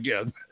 again